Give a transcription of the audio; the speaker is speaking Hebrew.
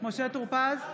משה טור פז,